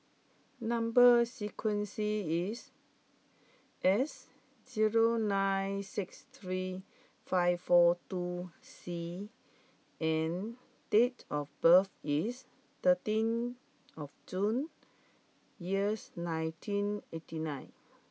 number sequence is S zero nine six three five four two C and date of birth is thirteen of June years nineteen eighty nine